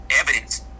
evidence